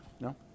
No